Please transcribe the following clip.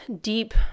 deep